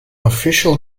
official